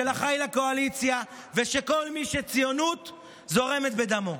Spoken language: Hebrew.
של אחיי לקואליציה ושל כל מי שציונות זורמת בדמו.